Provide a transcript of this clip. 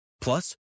Plus